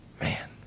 Man